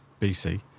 BC